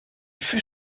fut